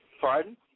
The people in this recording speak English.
Pardon